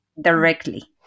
directly